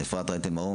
אפרת רייטן מרום,